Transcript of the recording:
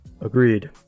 Agreed